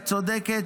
את צודקת,